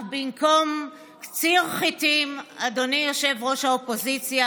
רמ"י והוותמ"ל והעביר אותם לשרים